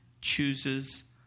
chooses